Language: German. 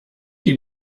die